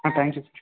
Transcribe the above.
thank you